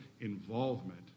involvement